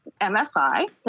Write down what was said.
MSI